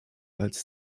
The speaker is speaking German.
als